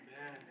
Amen